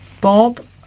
bob